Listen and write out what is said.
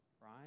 right